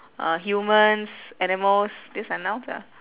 uh humans animals these are nouns ah